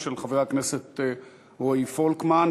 של חבר הכנסת רועי פולקמן,